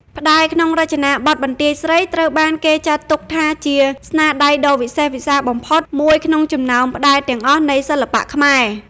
ផ្តែរក្នុងរចនាបថបន្ទាយស្រី ត្រូវបានគេចាត់ទុកថាជា ស្នាដៃដ៏វិសេសវិសាលបំផុត មួយក្នុងចំណោមផ្តែរទាំងអស់នៃសិល្បៈខ្មែរ។